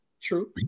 true